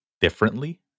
differently